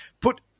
put